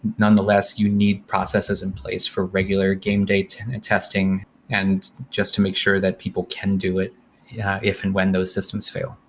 nonetheless, you need processes in place for regular game date and and testing and just to make sure that people can do it if and when those systems fail.